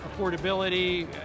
affordability